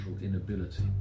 inability